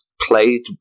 played